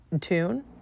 tune